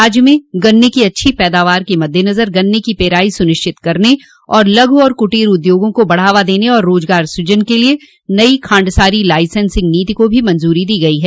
राज्य में गन्ने की अच्छी पैदावार के मद्देनजर गन्ने की पेराई सुनिश्चित करने और लघु तथा कुटीर उद्योगों को बढ़ावा देने व रोजगार सूजन के लिए नई खांडसारी लाइसेंसिंग नीति को भी मंजरी दी गई है